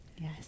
Yes